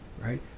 Right